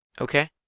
Okay